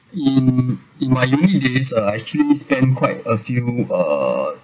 in in my uni~ days ah I actually spend quite a few ah